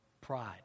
Pride